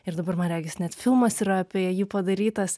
ir dabar man regis net filmas yra apie jį padarytas